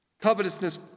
Covetousness